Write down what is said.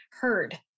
heard